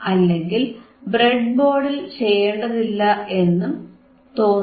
അല്ലെങ്കിൽ ബ്രെഡ്ബോർഡിൽ ചെയ്യേണ്ടതില്ല എന്നും തോന്നുന്നു